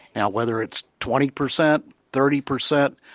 now whether it's twenty percent, thirty percent,